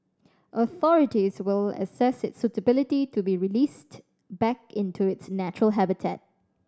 authorities will assess its suitability to be released back into its natural habitat